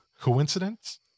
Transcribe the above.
Coincidence